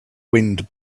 wind